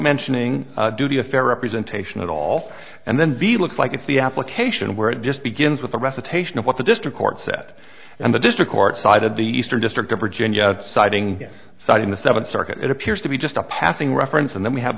mentioning do the a fair representation at all and then be looked like if the application where it just begins with a recitation of what the district court set and the district court cited the eastern district of virginia citing citing the seventh circuit appears to be just a passing reference and then we have